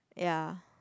ya